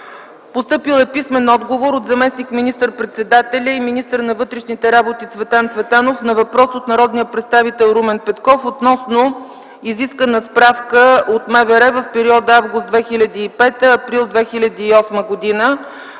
Постъпил е писмен отговор от заместник министър-председателя и министър на вътрешните работи Цветан Цветанов на въпрос от народния представител Румен Петков относно изискана справка от МВР за периода август 2005 г. – април 2008 г.